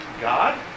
God